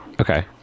Okay